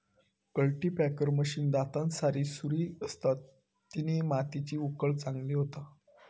cultipacker machine दातांसारी सुरी असता तिना मातीची उकळ चांगली होता